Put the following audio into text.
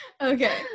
Okay